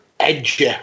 Edge